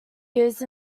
used